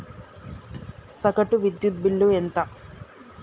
సగటు విద్యుత్ బిల్లు ఎంత?